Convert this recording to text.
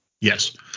Yes